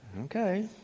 Okay